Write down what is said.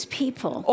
people